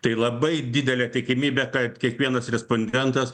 tai labai didelė tikimybė kad kiekvienas respondentas